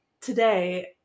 today